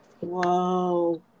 Whoa